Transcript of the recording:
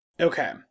okay